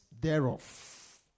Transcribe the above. thereof